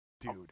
dude